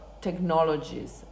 technologies